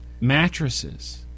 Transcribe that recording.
mattresses